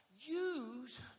use